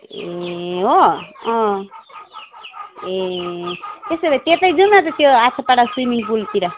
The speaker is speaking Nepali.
ए हो अँ त्यसो भए त्यतै जाऔँ न त त्यो आसापाडा स्विमिङ पुलतिर